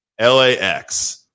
LAX